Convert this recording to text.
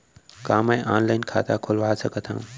का मैं ऑनलाइन खाता खोलवा सकथव?